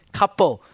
couple